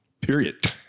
Period